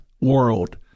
world